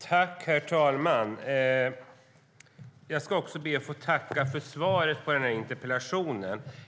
Herr talman! Jag ska be att få tacka för svaret på interpellationen.